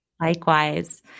Likewise